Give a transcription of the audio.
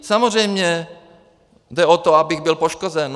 Samozřejmě jde o to, abych byl poškozen.